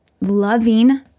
loving